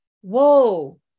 whoa